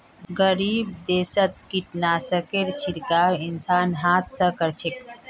गरीब देशत कीटनाशकेर छिड़काव इंसान हाथ स कर छेक